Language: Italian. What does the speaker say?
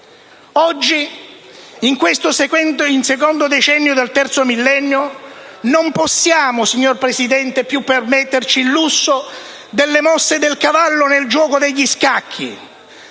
Oggi, in questo secondo decennio del terzo millennio, non possiamo più permetterci il lusso delle mosse del cavallo nel gioco degli scacchi,